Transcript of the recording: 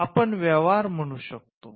आपण व्यापार म्हणू शकतो